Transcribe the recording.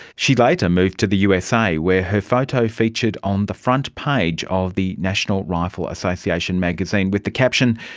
she later moved to the usa where her photo featured on the front page of the national rifle association magazine with the caption,